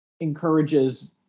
encourages